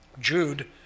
Jude